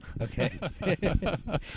Okay